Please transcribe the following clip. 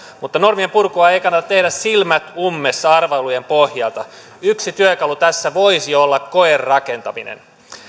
mutta normien purkua ei kannata tehdä silmät ummessa arvailujen pohjalta yksi työkalu tässä voisi olla koerakentaminen